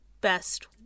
best